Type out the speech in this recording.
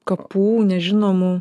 kapų nežinomų